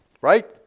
Right